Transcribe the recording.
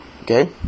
Okay